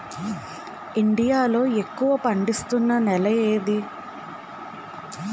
India లో ఎక్కువ పండిస్తున్నా నేల ఏది?